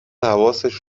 حواسش